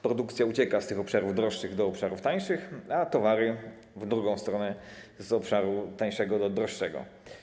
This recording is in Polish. Produkcja ucieka z obszarów droższych do obszarów tańszych, a towary w drugą stronę - z obszaru tańszego do droższego.